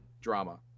drama